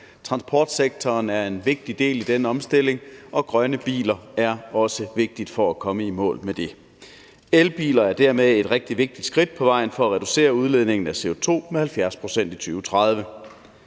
Transportsektoren er en vigtig del af den omstilling, og grønne biler er også vigtigt for at komme i mål med det. Elbiler er dermed et rigtig vigtigt skridt på vejen for at reducere udledningen af CO2 med 70 pct. i 2030.